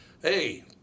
Hey